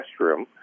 restroom